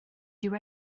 dyw